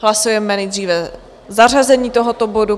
Hlasujeme nejdříve o zařazení tohoto bodu.